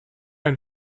ein